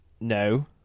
No